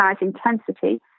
intensity